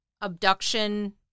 abduction